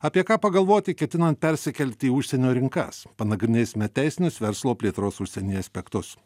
apie ką pagalvoti ketinant persikelti į užsienio rinkas panagrinėsime teisinius verslo plėtros užsienyje aspektus